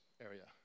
area